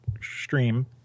stream